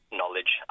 knowledge